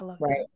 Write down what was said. right